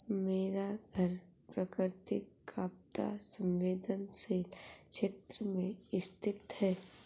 मेरा घर प्राकृतिक आपदा संवेदनशील क्षेत्र में स्थित है